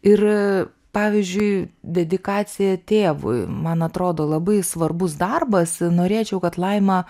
ir pavyzdžiui dedikacija tėvui man atrodo labai svarbus darbas norėčiau kad laima